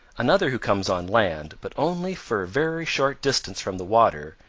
another who comes on land, but only for a very short distance from the water,